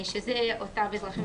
מאה.